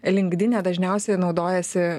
lingdine dažniausiai naudojasi